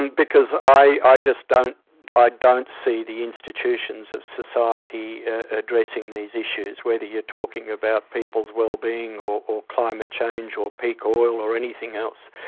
and because i just don't ah don't see the institutions of society addressing these issues, whether you're talking about people's wellbeing, or or climate change, or peak oil, or anything else.